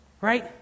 Right